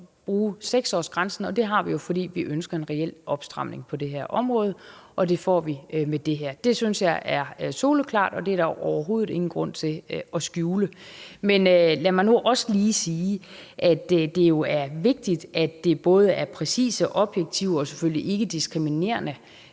bruge 6-årsgrænsen, og det har vi, fordi vi ønsker en reel opstramning på det her område, og det får vi med det her. Det synes jeg er soleklart, og det er der overhovedet ingen grund til at skjule. Men lad mig nu også lige sige, at det jo er vigtigt, at det både er præcist, objektivt og selvfølgelig ikkediskriminerende,